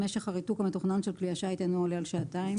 משך הריתוק המתוכנן של כלי השיט אינו עולה על שעתיים.